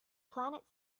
planet